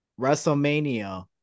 WrestleMania